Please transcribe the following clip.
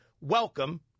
welcome